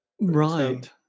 right